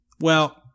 Well-